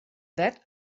that